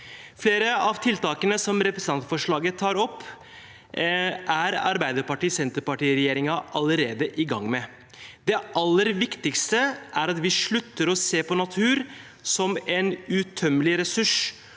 Flere av tiltakene som representantforslaget tar opp, er Arbeiderparti–Senterparti-regjeringen allerede i gang med. Det aller viktigste er at vi slutter å se på natur som en utømmelig ressurs,